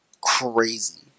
crazy